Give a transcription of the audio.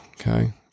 okay